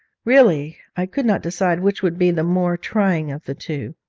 really i could not decide which would be the more trying of the two.